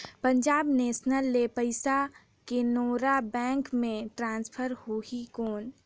Punjab national ले पइसा Canara bank मे ट्रांसफर होहि कौन?